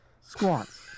Squats